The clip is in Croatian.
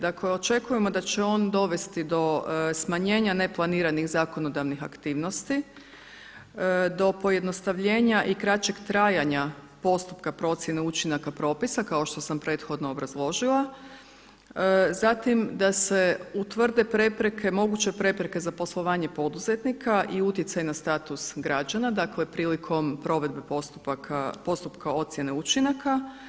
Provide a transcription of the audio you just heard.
Dakle očekujemo da će on dovesti do smanjenja neplaniranih zakonodavnih aktivnosti, do pojednostavljenja i kraćeg trajanja postupka učinaka propisa kao što sam prethodno obrazložila, zatim da se utvrde moguće prepreke za poslovanje poduzetnika i utjecaj na status građana, dakle prilikom provedbe postupka ocjene učinaka.